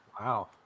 Wow